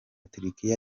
turkia